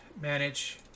manage